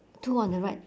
two on the right